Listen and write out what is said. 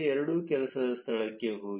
ಎರಡು ಕೆಲಸದ ಸ್ಥಳಕ್ಕೆ ಹೋಗಿ